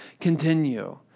continue